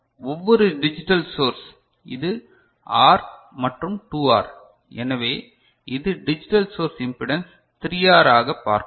ஒவ்வொரு digital source இது R மற்றும் 2 ஆர் எனவே இது டிஜிட்டல் சோர்ஸ் இம்பிடன்ஸ் 3R ஆகக் பார்க்கும்